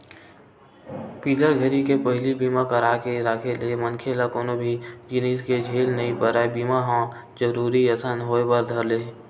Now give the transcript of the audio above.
बिपत घरी के पहिली बीमा करा के राखे ले मनखे ल कोनो भी जिनिस के झेल नइ परय बीमा ह जरुरी असन होय बर धर ले